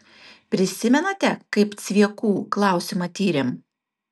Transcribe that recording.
prisimenate kaip cviekų klausimą tyrėm